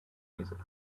music